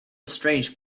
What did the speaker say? strange